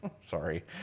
sorry